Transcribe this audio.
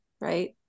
right